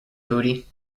booty